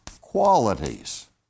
qualities